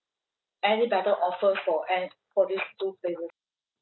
any better offer for an~ for these two places